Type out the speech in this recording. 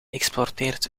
exporteert